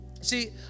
See